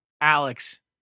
Alex